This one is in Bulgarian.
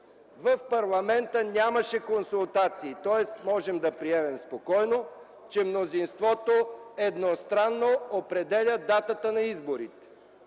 В парламента нямаше консултации. Тоест можем да приемем спокойно, че мнозинството едностранно определя датата на изборите